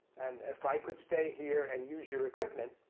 and if i could stay here and use your equipment,